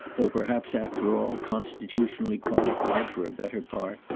though perhaps after all constitutionally qualified for a better part,